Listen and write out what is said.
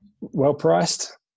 well-priced